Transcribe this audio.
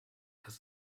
das